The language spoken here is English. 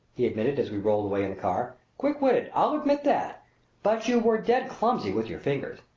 he admitted as we rolled away in the car, quick-witted, i'll admit that but you were dead clumsy with your fingers!